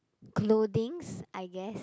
clothings I guess